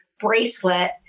bracelet